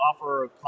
offer